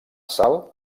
sal